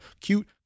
cute